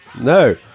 No